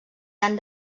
han